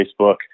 facebook